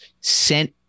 sent